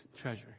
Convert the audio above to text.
treasure